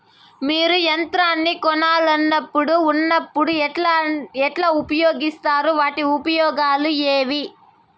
మీరు యంత్రాన్ని కొనాలన్నప్పుడు ఉన్నప్పుడు ఎట్లా ఉపయోగిస్తారు వాటి ఉపయోగాలు ఏవి?